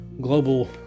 global